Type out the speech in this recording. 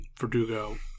Verdugo